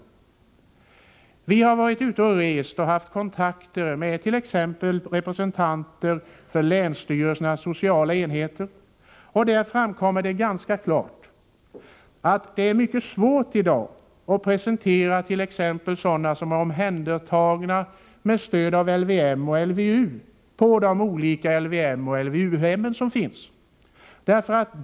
Vi har när vi har varit ute och rest haft kontakter med bl.a. representanter för länsstyrelsernas sociala enheter, och därvid har det ganska klart framkommit att det i dag t.ex. är mycket svårt att på de olika LVM och LVU-hem som finns presentera sådana som är omhändertagna med stöd av LVM eller LVU.